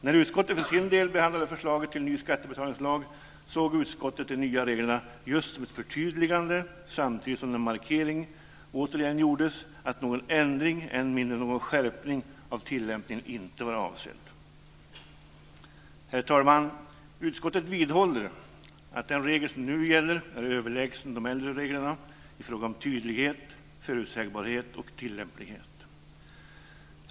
När utskottet för sin del behandlade förslaget till ny skattebetalningslag såg utskottet de nya reglerna just som ett förtydligande, samtidigt som den markeringen återigen gjordes att någon ändring - än mindre någon skärpning - av tillämpningen inte var avsedd. Herr talman! Utskottet vidhåller att den regel som nu gäller är överlägsen de äldre reglerna i fråga om tydlighet, förutsägbarhet och tillämplighet.